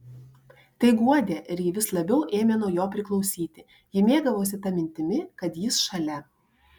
tai guodė ir ji vis labiau ėmė nuo jo priklausyti ji mėgavosi ta mintimi kad jis šalia